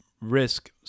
Risk